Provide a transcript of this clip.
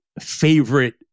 favorite